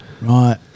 Right